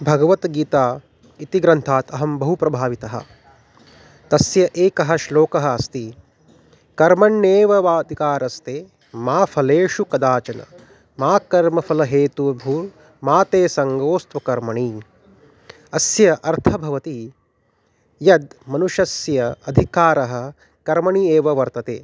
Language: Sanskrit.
भगवद्गीता इति ग्रन्थात् अहं बहु प्रभावितः तस्य एकः श्लोकः अस्ति कर्मण्येवाधिकारस्ते मा फलेषु कदाचन मा कर्मफलहेतुर्भुर्मा ते सङ्गोऽस्त्वकर्मणि अस्य अर्थः भवति यत् मनुषस्य अधिकारः कर्मणि एव वर्तते